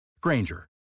Granger